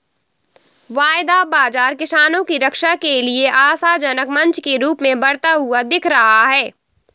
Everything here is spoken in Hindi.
वायदा बाजार किसानों की रक्षा के लिए आशाजनक मंच के रूप में बढ़ता हुआ दिख रहा है